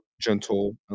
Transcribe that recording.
gentle